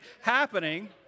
happening